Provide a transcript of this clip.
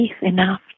enough